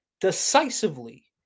decisively